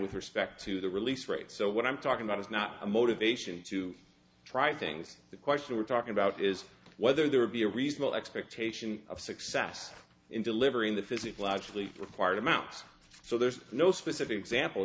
with respect to the release rate so what i'm talking about is not a motivation to try things the question we're talking about is whether there would be a reasonable expectation of success in delivering the physical logically required amounts so there's no specific example